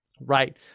Right